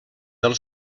del